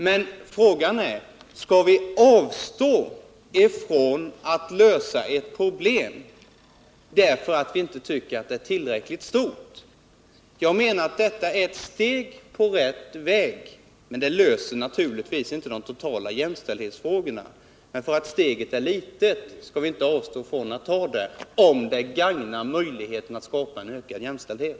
Men frågan är om vi skall avstå från att lösa ett problem därför att vi inte tycker att det är tillräckligt stort. Detta är ett steg på rätt väg, men det löser naturligtvis inte de totala jämställdhetsproblemen. Trots att steget är litet skall vi inte avstå från att ta det, om det gagnar möjligheten att skapa ökad jämställdhet.